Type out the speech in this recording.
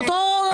באותו רעיון.